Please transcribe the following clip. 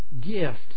gift